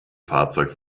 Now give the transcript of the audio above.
fahrzeug